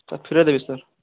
sir ଫେରେଇ ଦେବି sir